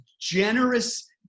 generous